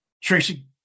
Tracy